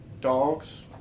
Dogs